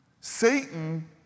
Satan